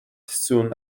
soon